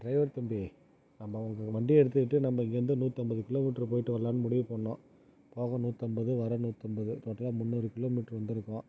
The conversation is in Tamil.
ட்ரைவர் தம்பி நம்ம இது வண்டியை எடுத்துக்கிட்டு நம்ம இங்கேருந்து நூற்றம்பது கிலோ மீட்டரு போயிட்டு வரலானு முடிவு பண்ணோம் போக நூற்றம்பது வர நூற்றம்பது மொத்தம் முந்நூறு கிலோ மீட்ரு வந்திருக்கோம்